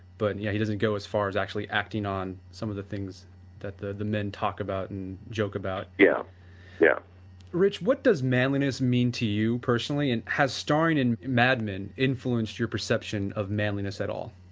but yeah, he doesn't go as far as actually acting on some of the things that the the men talk about and joke about yeah yeah rich, what does manliness mean to you personally and has starring in mad men influenced your perception of manliness at all?